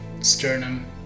sternum